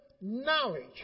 knowledge